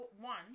one